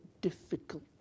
difficult